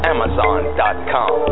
Amazon.com